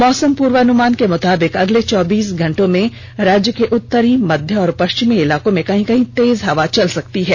मौसम पूर्वानुमान के मुताबिक अगले चौबीस घंटे मे राज्य के उत्तरी मध्य और पश्चिमी इलाकों में कहीं कहीं तेज हवा चल सकती है